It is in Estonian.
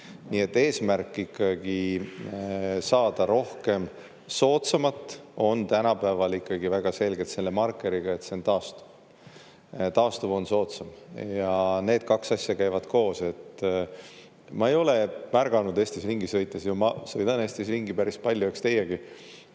Nii et eesmärk ikkagi saada rohkem soodsamat on tänapäeval ikkagi väga selgelt selle markeriga, et see on taastuv. Taastuv on soodsam ja need kaks asja käivad koos. Ma ei ole märganud Eestis ringi sõites – ja ma sõidan Eestis ringi päris palju, eks teiegi